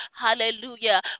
hallelujah